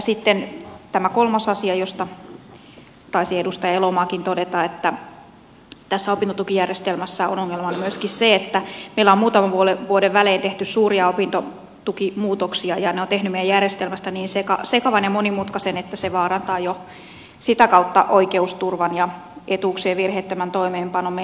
sitten tämä kolmas asia josta taisi edustaja elomaakin todeta on että tässä opintotukijärjestelmässä on ongelmana myöskin se että meillä on muutaman vuoden välein tehty suuria opintotukimuutoksia ja ne ovat tehneet meidän järjestelmästä niin sekavan ja monimutkaisen että se vaarantaa jo sitä kautta oikeusturvan ja etuuksien virheettömän toimeenpanon